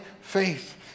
faith